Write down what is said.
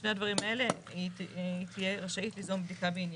שני הדברים האלה היא תהיה רשאית ליזום בדיקה בעניינם.